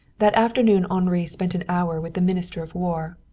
that afternoon henri spent an hour with the minister of war.